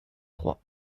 trois